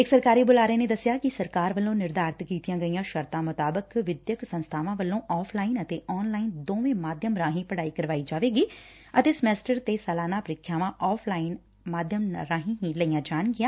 ਇਕ ਸਰਕਾਰੀ ਬੁਲਾਰੇ ਨੇ ਦੱਸਿਆ ਕਿ ਸਰਕਾਰ ਵਲੋ ਨਿਰਧਾਰਤ ਕੀਤੀਆਂ ਗਈਆਂ ਸ਼ਰਤਾਂ ਅਨੁਸਾਰ ਵਿਦਿਅਕ ਸੰਸਬਾਵਾਂ ਵਲੋਂ ਆਫ ਲਾਈਨ ਅਤੇ ਆਨ ਲਾਈਨ ਦੋਨੋਂ ਮਾਧਿਅਮ ਰਾਹੀਂ ਪੜਾਈ ਕਰਵਾਈ ਜਾਵੇਗੀ ਅਤੇ ਸਮੈਸਟਰ ਤੇ ਸਲਾਨਾ ਪ੍ਰੀਖਿਆਵਾਂ ਆਫ ਲਾਈਨ ਮਾਧਿਅਮ ਰਾਹੀ ਹੀ ਲਈਆਂ ਜਾਣਗੀਆਂ